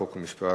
חוק ומשפט,